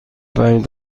پنج